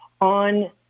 on